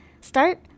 start